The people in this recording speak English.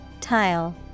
Tile